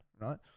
Right